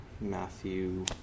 Matthew